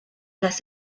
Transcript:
las